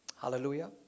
Hallelujah